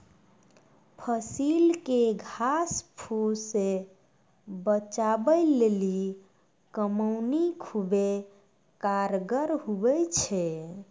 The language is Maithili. फसिल के घास फुस से बचबै लेली कमौनी खुबै कारगर हुवै छै